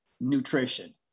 nutrition